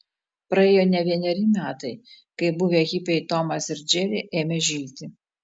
praėjo ne vieneri metai kai buvę hipiai tomas ir džeri ėmė žilti